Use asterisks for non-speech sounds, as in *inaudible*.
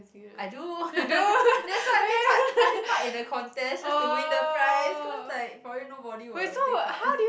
I do *laughs* that's why I take part I take part in the contest just to win the prize cause like probably nobody will take part *laughs*